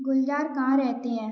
गुलज़ार कहाँ रहते हैं